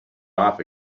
off